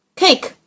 cake